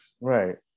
right